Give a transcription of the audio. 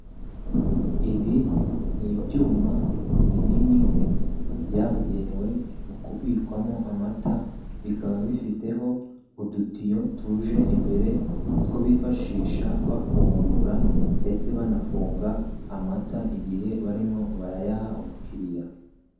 Ibi ni ibyuma binini byabugenewe mu kubikwamo amata, bikaba bifiteho udutiyo tuje imbere, two bifashisha bafungura ndetse banafunga amata mu gihe barimo barayaha umukiriya.